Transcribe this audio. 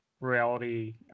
reality